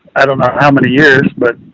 i dunno how many years but